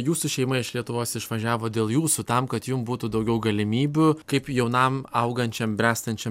jūsų šeima iš lietuvos išvažiavo dėl jūsų tam kad jum būtų daugiau galimybių kaip jaunam augančiam bręstančiam